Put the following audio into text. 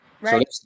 Right